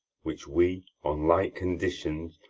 which we, on like conditions,